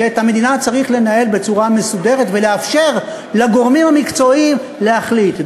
שאת המדינה צריך לנהל בצורה מסודרת ולאפשר לגורמים המקצועיים להחליט.